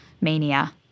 mania